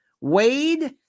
Wade